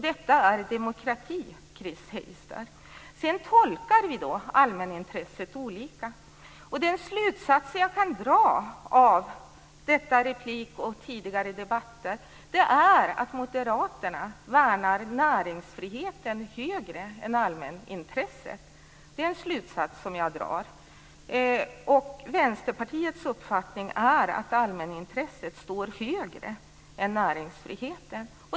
Detta är demokrati, Chris Heister. Sedan tolkar vi allmänintresset olika. Den slutsats jag kan dra av detta replikskifte och tidigare debatter är att Moderaterna värnar näringsfriheten högre än allmänintresset. Det är en slutsats som jag drar. Vänsterpartiets uppfattning är att allmänintresset står högre än näringsfriheten.